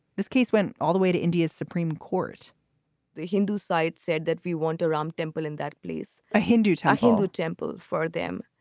this case went all the way to india's supreme court the hindu site said that we want around temple in that place. place. a hindu tower, hindu temple for them.